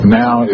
now